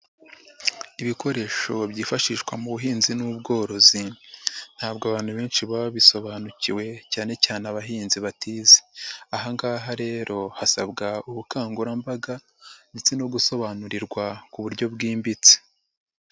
ibikoresho byifashishwa mu buhinzi n'ubworozi, ntabwo abantu benshi baba babisobanukiwe cyane cyane abahinzi batize. Aha ngaha rero hasabwa ubukangurambaga ndetse no gusobanurirwa ku buryo bwimbitse.